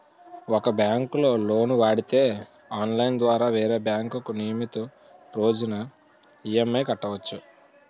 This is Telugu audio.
ఒక బ్యాంకులో లోను వాడితే ఆన్లైన్ ద్వారా వేరే బ్యాంకుకు నియమితు రోజున ఈ.ఎం.ఐ కట్టవచ్చు